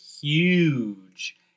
huge